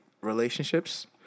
relationships